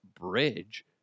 bridge